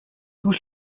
tout